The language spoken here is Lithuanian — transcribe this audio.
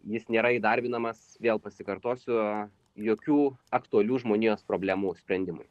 jis nėra įdarbinamas vėl pasikartosiu jokių aktualių žmonijos problemų sprendimui